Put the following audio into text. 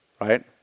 right